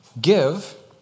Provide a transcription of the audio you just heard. Give